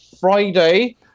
friday